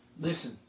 listen